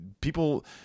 People